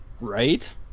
Right